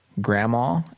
Grandma